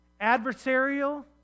Adversarial